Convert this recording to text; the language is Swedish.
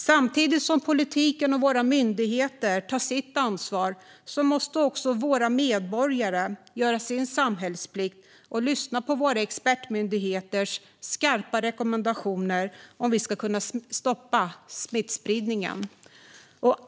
Samtidigt som politiken och våra myndigheter tar sitt ansvar måste också våra medborgare göra sin samhällsplikt och lyssna på våra expertmyndigheters skarpa rekommendationer om vi ska kunna stoppa smittspridningen.